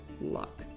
luck